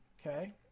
Okay